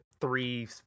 three